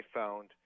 found